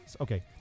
okay